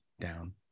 down